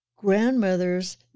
grandmother's